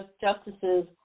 justices